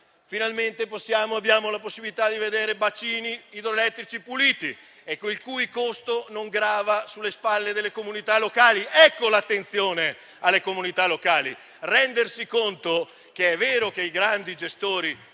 Finalmente abbiamo la possibilità di vedere bacini idroelettrici puliti, il cui costo non grava sulle spalle delle comunità locali. Ecco l'attenzione alle comunità locali: rendersi conto che, se è vero che i grandi gestori